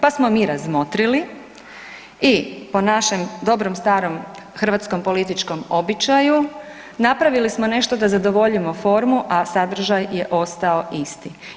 Pa smo mi razmotrili i po našem dobrom starom hrvatskom političkom običaju napravili smo nešto da zadovoljimo formu, a sadržaj je ostao isti.